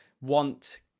want